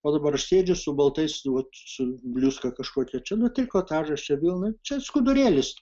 o dabar sėdžiu su baltais vat su bliuska kažkokia čia nu trikotažas čia vilna čia skudurėlis